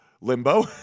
limbo